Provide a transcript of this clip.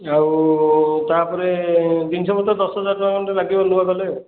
ଆଉ ତା'ପରେ ଜିନିଷପତ୍ର ଦଶ ହଜାର ଟଙ୍କା ଖଣ୍ଡେ ଲାଗିବ ନୂଆ କଲେ